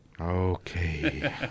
Okay